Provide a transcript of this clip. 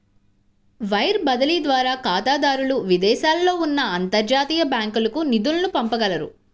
wire బదిలీ ద్వారా ఖాతాదారులు విదేశాలలో ఉన్న అంతర్జాతీయ బ్యాంకులకు నిధులను పంపగలరు